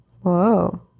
Whoa